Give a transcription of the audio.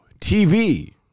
TV